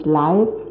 life